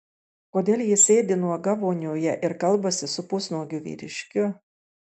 kodėl ji sėdi nuoga vonioje ir kalbasi su pusnuogiu vyriškiu